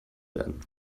werden